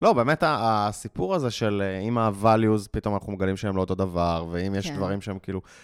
לא, באמת הסיפור הזה של אם ה-values פתאום אנחנו מגלים שהם לא אותו דבר, ואם יש דברים שהם כאילו...